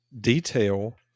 detail